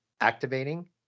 activating